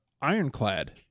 Ironclad